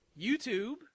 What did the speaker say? YouTube